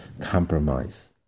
compromise